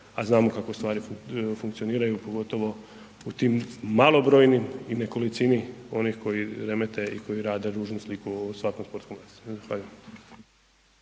a znamo kako stvari funkcioniraju, pogotovo u tim malobrojnim i nekolicini onih koji remete i koji rade ružnu sliku o svakom sportskom